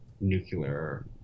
nuclear